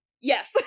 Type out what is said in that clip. Yes